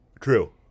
True